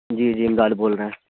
جی جی امداد بول رہے ہیں